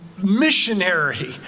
missionary